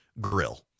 grill